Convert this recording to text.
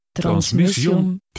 transmission